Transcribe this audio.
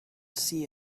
see